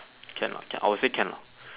can lah can I would say can lah